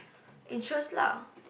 interest lah